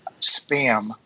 spam